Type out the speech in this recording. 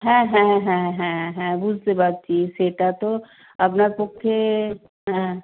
হ্যাঁ হ্যাঁ হ্যাঁ হ্যাঁ হ্যাঁ বুঝতে পারছি সেটা তো আপনার পক্ষে হ্যাঁ